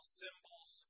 symbols